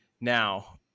Now